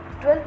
12